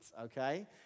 okay